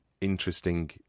interesting